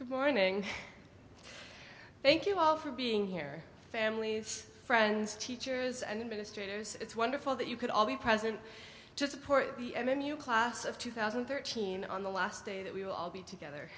good morning thank you all for being here families friends teachers and administrators it's wonderful that you could all be present to support me and you class of two thousand and thirteen on the last day that we will all be together